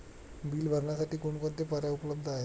Bill भरण्यासाठी कोणकोणते पर्याय उपलब्ध आहेत?